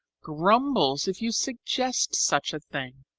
grumbles if you suggest such a thing.